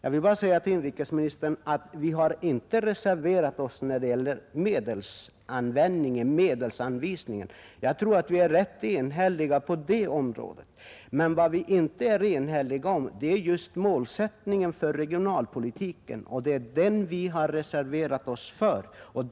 Vi har, herr inrikesminister, inte reserverat oss när det gäller medelsanvisningen. På den punkten tror jag att alla är ganska eniga. Vad man inte är enig om är just målsättningen för regionalpolitiken, och det är mot den vi har reserverat oss.